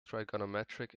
trigonometric